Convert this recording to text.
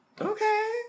Okay